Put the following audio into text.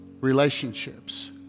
relationships